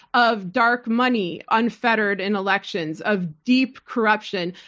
of dark money, unfettered in elections, of deep corruption,